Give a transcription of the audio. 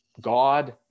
God